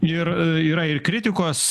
ir yra ir kritikos